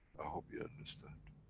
hope you understand.